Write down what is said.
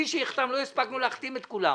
לא הספקנו להחתים את כולם,